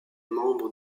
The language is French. membre